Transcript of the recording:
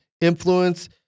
influence